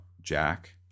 jack